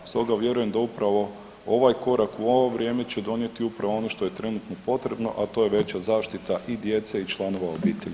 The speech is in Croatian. Stoga vjerujem da upravo ovaj korak u ovo vrijeme će donijeti upravo ono što je trenutno potrebno, a to je veća zaštita i djece i članova obitelji.